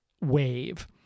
wave